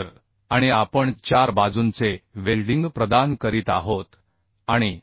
तर आणि आपण 4 बाजूंचे वेल्डिंग प्रदान करीत आहोत आणि